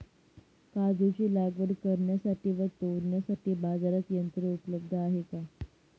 काजूची लागवड करण्यासाठी व तोडण्यासाठी बाजारात यंत्र उपलब्ध आहे का?